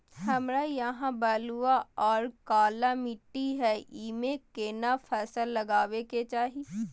हमरा यहाँ बलूआ आर काला माटी हय ईमे केना फसल लगबै के चाही?